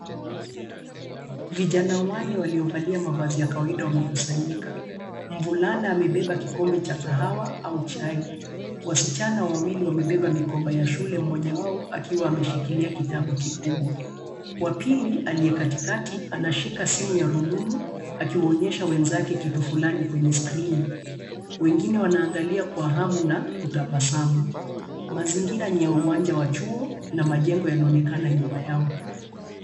Vijana wanne waliovalia mavazi ya kawaida wamekusanyika. Mvulana amebeba kikombe cha kahawa au chai. Wasichana wawili wamebeba mikoba ya shule, mmoja wao akiwa ameshikilia kitabu kikubwa. Wa pili, aliye katikati anashika simu ya rununu, akiwaonyesha wenzake kitu fulani kwenye skirini. Wengine wanaangalia kwa hamu na kutabasamu. Mazingira ni ya uwanja wa chuo, na majengo yanaonekana nyuma yao.